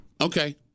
Okay